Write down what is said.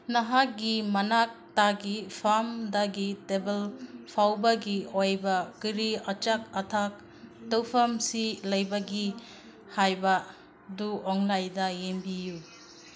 ꯅꯍꯥꯛꯀꯤ ꯃꯅꯥꯛꯇꯒꯤ ꯐꯥꯝꯗꯒꯤ ꯇꯦꯕꯜ ꯐꯥꯎꯕꯒꯤ ꯑꯣꯏꯕ ꯀꯔꯤ ꯑꯆꯥ ꯑꯊꯛ ꯇꯧꯐꯝꯁꯤꯡ ꯂꯩꯕꯒꯦ ꯍꯥꯏꯕꯗꯨ ꯑꯣꯟꯂꯥꯏꯟꯗ ꯌꯦꯡꯕꯤꯌꯨ